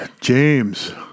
James